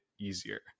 easier